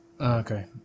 Okay